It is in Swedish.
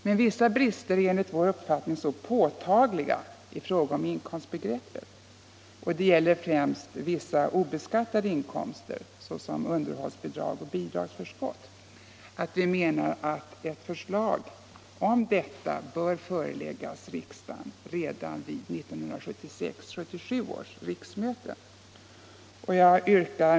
Men vissa brister är enligt vår uppfattning så påtagliga när det gäller inkomstbegreppet — främst avseende vissa obeskattade inkomster som underhållsbidrag och bidragsförskott — att vi menar att förslag om detta bör föreläggas riksdagen redan vid 1976/77 års riksmöte.